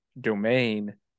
domain